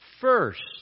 First